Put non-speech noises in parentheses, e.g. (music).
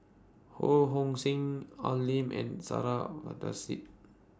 Ho Hong Sing Al Lim and Sarah (unintelligible)